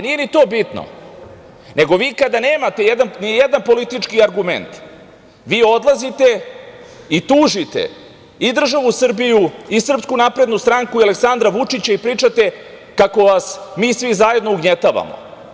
Nije ni to bitno, nego vi kada nemate ni jedan politički argument, vi odlazite i tužite i državu Srbiju i SNS i Aleksandra Vučića i pričate kako vas mi svi zajedno ugnjetavamo.